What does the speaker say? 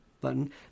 button